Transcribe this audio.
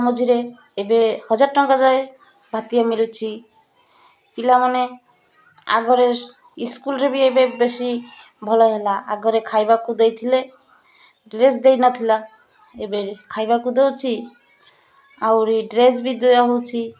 ମଝିରେ ଏବେ ହଜାର ଟଙ୍କା ଯାଏ ଭଭତ୍ତା ମିଳୁଛି ପିଲାମାନେ ଆଗରେ ସ୍କୁଲରେ ବି ଏବେ ବେଶୀ ଭଲ ହେଲା ଆଗରେ ଖାଇବାକୁ ଦେଇଥିଲେ ଡ୍ରେସ୍ ଦେଇନଥିଲା ଏବେ ଖାଇବାକୁ ଦେଉଛି ଆହୁରି ଡ୍ରେସ୍ ବି ଦିଆହେଉଛି